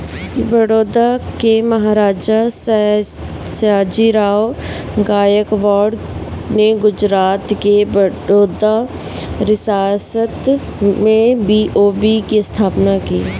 बड़ौदा के महाराजा, सयाजीराव गायकवाड़ ने गुजरात के बड़ौदा रियासत में बी.ओ.बी की स्थापना की